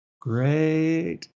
Great